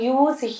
use